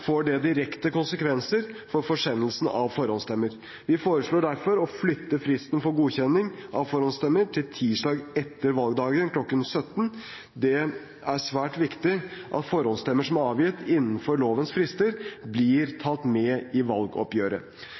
får det direkte konsekvenser for forsendelsen av forhåndsstemmer. Vi foreslår derfor å flytte fristen for godkjenning av forhåndsstemmer til tirsdag etter valgdagen kl. 17. Det er svært viktig at forhåndsstemmer som er avgitt innenfor lovens frister, blir tatt med i valgoppgjøret.